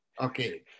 Okay